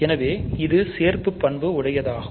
எனவே இது சேர்ப்பு பண்பாகும்